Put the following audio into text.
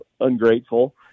ungrateful